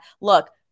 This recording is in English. Look